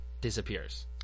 disappears